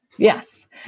Yes